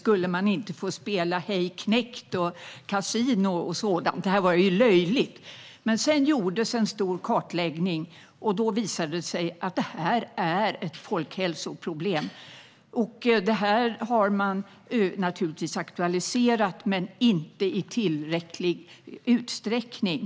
"Skulle man inte få spela Hej knekt och Kasino och sådant; det här var ju löjligt." Men sedan gjordes en stor kartläggning. Det visade sig att det här är ett folkhälsoproblem. Det har man aktualiserat, men inte i tillräcklig utsträckning.